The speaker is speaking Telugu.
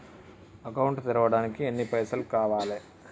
అకౌంట్ తెరవడానికి ఎన్ని పైసల్ కావాలే?